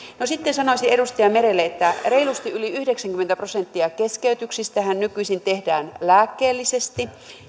no sitten sanoisin edustaja merelle että reilusti yli yhdeksänkymmentä prosenttia keskeytyksistähän nykyisin tehdään lääkkeellisesti